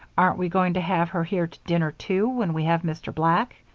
aren't we going to have her here to dinner, too, when we have mr. black?